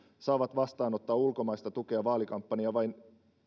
saavat vastaanottaa ulkomaista tukea vaalikampanjaan vain